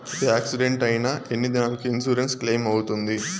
Accident అయిన ఎన్ని దినాలకు ఇన్సూరెన్సు క్లెయిమ్ అవుతుంది?